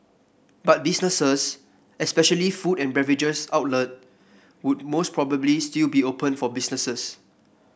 but businesses especially food and beverages outlet would most probably still be open for businesses